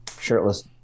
shirtless